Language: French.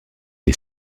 les